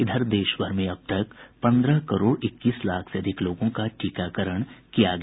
इधर देश भर में अब तक पन्द्रह करोड़ इक्कीस लाख से अधिक लोगों का टीकाकरण किया गया